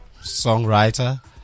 songwriter